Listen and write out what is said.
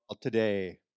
Today